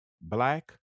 black